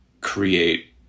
create